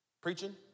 preaching